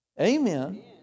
Amen